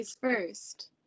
first